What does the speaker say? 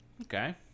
Okay